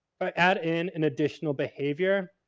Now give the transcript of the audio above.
add in an additional behavior.